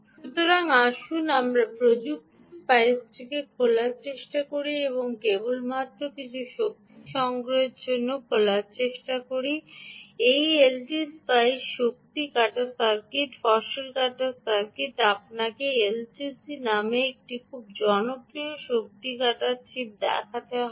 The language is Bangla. সুতরাং আসুন আমরা প্রযুক্তি স্পাইসটি খোলার চেষ্টা করি এবং কেবলমাত্র কিছু শক্তি সংগ্রহে খোলার চেষ্টা করি এই এলটি স্পাইস শক্তি কাটা সার্কিট ফসল কাটার সার্কিট আমাকে আপনাকে এলটিসি 3105 নামে একটি খুব জনপ্রিয় শক্তি কাটা চিপ দেখাতে দেয়